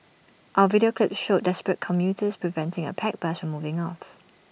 our video clip showed desperate commuters preventing A packed bus from moving off